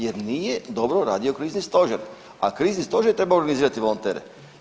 Jer nije dobro radio krizni stožer, a krizni stožer treba organizirati volontere.